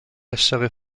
essere